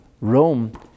Rome